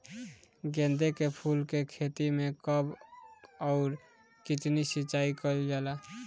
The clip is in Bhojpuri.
गेदे के फूल के खेती मे कब अउर कितनी सिचाई कइल जाला?